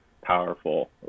powerful